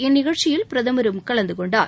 இந்நிகழ்ச்சியில் பிரதமரும் கலந்து கொண்டார்